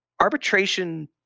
Arbitration